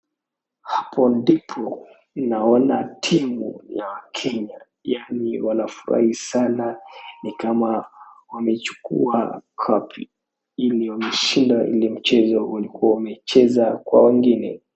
Hapo ndipo ninaona timu ya Kenya yaani wanafurahi sana ni kama wamechukua kapi ili wameshinda ile mchezo walikuwa wamecheza kwa wengine